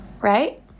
right